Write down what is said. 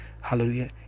Hallelujah